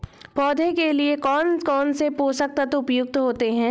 पौधे के लिए कौन कौन से पोषक तत्व उपयुक्त होते हैं?